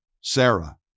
Sarah